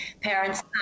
parents